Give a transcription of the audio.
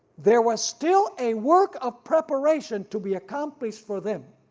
there was still a work of preparation to be accomplished for them,